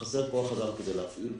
חסר כוח אדם כדי להפעיל,